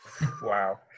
Wow